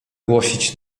głosić